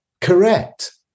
correct